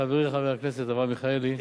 חברי חבר הכנסת אברהם מיכאלי,